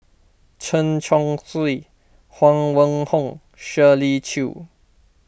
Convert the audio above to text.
Chen Chong Swee Huang Wenhong Shirley Chew